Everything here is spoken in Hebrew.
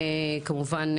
כמובן במג"ב.